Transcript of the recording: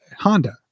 Honda